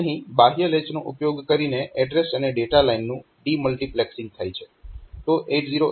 અહીં બાહ્ય લેચનો ઉપયોગ કરીને એડ્રેસ અને ડેટા લાઇનનું ડિમલ્ટીપ્લેક્સિંગ થાય છે